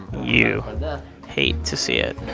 you and hate to see it.